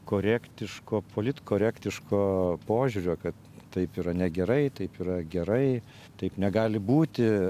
korektiško politkorektiško požiūrio kad taip yra negerai taip yra gerai taip negali būti